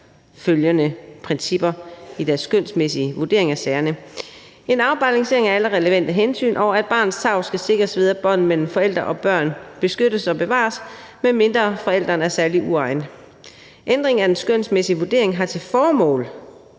følgende principper i deres skønsmæssige vurdering af sagerne: En afbalancering af alle relevante hensyn; og at barnets tarv skal sikres ved, at båndet mellem forældre og børn beskyttes og bevares, medmindre forældrene er særlig uegnede. Ændringen af den skønsmæssige vurdering har til formål